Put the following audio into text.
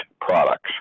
products